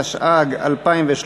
התשע"ג 2013,